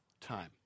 time